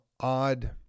odd